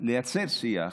לייצר שיח,